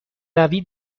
روی